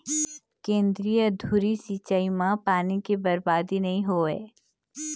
केंद्रीय धुरी सिंचई म पानी के बरबादी नइ होवय